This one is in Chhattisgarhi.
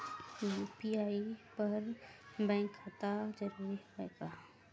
यू.पी.आई बर बैंक खाता जरूरी हवय का?